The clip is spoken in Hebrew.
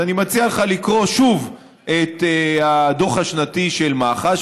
אז אני מציע לך לקרוא שוב את הדוח השנתי של מח"ש,